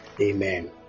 Amen